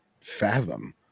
fathom